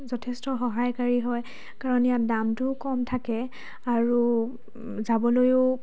যথেষ্ট সহায়কাৰী হয় কাৰণ ইয়াত দামটোও কম থাকে আৰু যাবলৈও